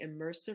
immersive